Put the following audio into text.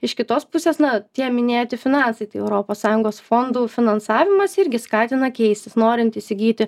iš kitos pusės na tie minėti finansai tai europos sąjungos fondų finansavimas irgi skatina keistis norint įsigyti